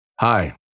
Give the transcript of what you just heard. Hi